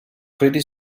pretty